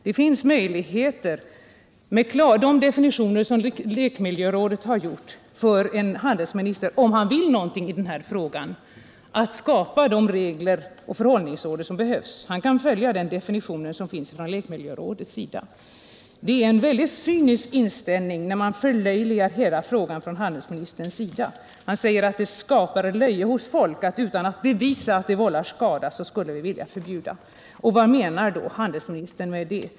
Det finns möjligheter för en handelsminister, om han vill någonting i den här frågan, att skapa de regler och förhållningsorder som behövs. Han kan följa de definitioner som lekmiljörådet gjort. Det är väldigt cyniskt att som handelsministern förlöjliga hela frågan. Han säger att det väcker löje om vi utan att bevisa att krigsleksaker vållar skada förbjuder dem. Vad menar handelsministern med det?